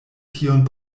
tion